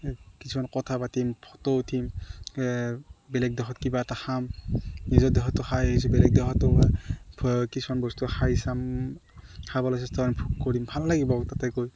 কিছুমান কথা পাতিম ফটো উঠিম বেলেগ দেশত কিবা এটা খাম নিজৰ দেশতো খাই আহিছোঁ বেলেগ দেশতো কিছুমান বস্তু খাই চাম খাবলৈ চেষ্ট আমি কৰিম ভাল লাগিব তাতে গৈ